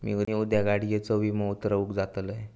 मी उद्या गाडीयेचो विमो उतरवूक जातलंय